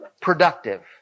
productive